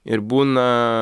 ir būna